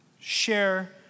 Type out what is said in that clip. Share